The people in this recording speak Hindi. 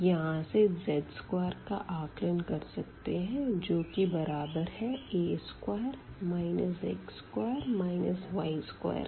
यहाँ से z2 का आकलन कर सकते है जो की बराबर है a2 x2 y2 के